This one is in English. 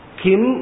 kim